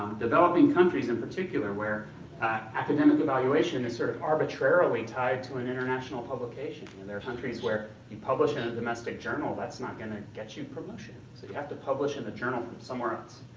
developing countries, in particular, where academic evaluation is sort of arbitrarily tied to an international publication. and there are countries where you publish in a domestic journal, that's not going to get you promotion. so you have to publish in a journal from somewhere else.